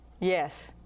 Yes